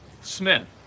Smith